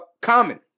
common